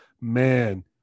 man